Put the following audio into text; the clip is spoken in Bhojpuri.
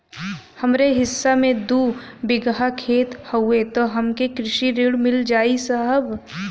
हमरे हिस्सा मे दू बिगहा खेत हउए त हमके कृषि ऋण मिल जाई साहब?